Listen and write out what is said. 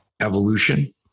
evolution